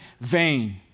vain